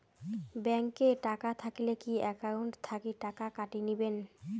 Bank এ টাকা থাকিলে কি একাউন্ট থাকি টাকা কাটি নিবেন?